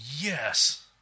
yes